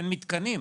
אין מתקנים,